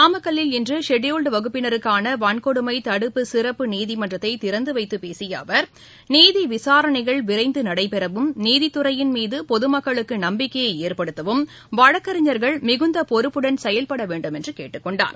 நாமக்கல்வில் இன்றுஷெட்யூல்டுவகுப்பினருக்கானவன்கொடுமைதடுப்பு சிறப்பு நீதிமன்றத்தைதிறந்துவைத்துப் பேசியஅவர் நீதிவிசாரணைகள் விரைந்துரடைபெறவும் நீதித்துறையின் மீதபொதுமக்களுக்குநம்பிக்கையைஏற்படுத்தவும் வழக்கறிஞர்கள் மிகுந்தபொறுப்புடன் செயல்படவேண்டும் என்றுகேட்டுக்கொண்டார்